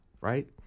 right